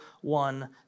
one